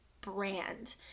brand